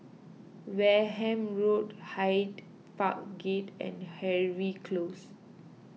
Wareham Road Hyde Park Gate and Harvey Close